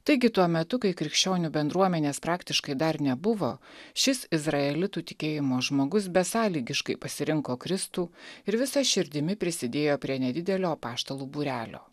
taigi tuo metu kai krikščionių bendruomenės praktiškai dar nebuvo šis izraelitų tikėjimo žmogus besąlygiškai pasirinko kristų ir visa širdimi prisidėjo prie nedidelio apaštalų būrelio